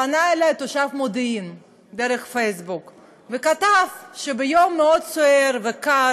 פנה אלי תושב מודיעין דרך הפייסבוק וכתב שביום מאוד סוער וקר